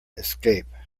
escape